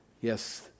yes